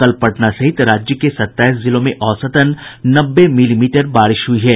कल पटना सहित राज्य के सत्ताईस जिलों में औसतन नब्बे मिलीमीटर बारिश हुई है